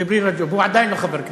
ג'יבריל רג'וב, הוא עדיין לא חבר כנסת.